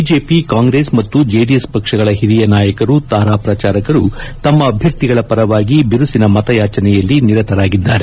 BJP Congress ಮತ್ತು JDS ಪಕ್ಷಗಳ ಹಿರಿಯ ನಾಯಕರು ತಾರಾ ಪ್ರಚಾರಕರು ತಮ್ಮ ಅಭ್ಯರ್ಥಿಗಳ ಪರವಾಗಿ ಬಿರುಸಿನ ಮತಯಾಚನೆಯಲ್ಲಿ ನಿರತರಾಗಿದ್ದಾರೆ